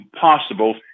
possible